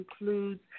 includes